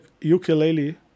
ukulele